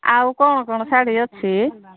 ଆଉ କ'ଣ କ'ଣ ଶାଢ଼ୀ ଅଛି